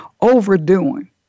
overdoing